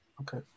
okay